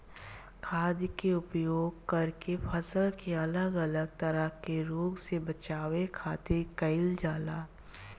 खाद्य के उपयोग करके फसल के अलग अलग तरह के रोग से बचावे खातिर कईल जाला